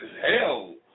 hell